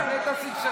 תשנה את הסגנון.